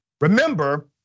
remember